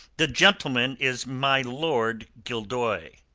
the gentleman is my lord gildoy.